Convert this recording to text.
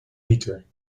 liter